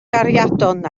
gariadon